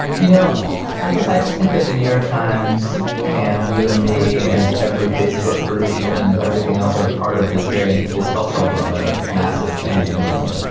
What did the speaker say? you know, i guess i just think that the new york times and you and me and every facebook group and everything else are a part of this variant. this cultural moment of massive change. and,